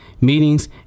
meetings